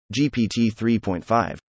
GPT-3.5